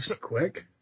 quick